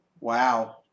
Wow